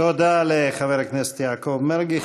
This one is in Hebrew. תודה לחבר הכנסת יעקב מרגי.